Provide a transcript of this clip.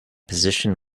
position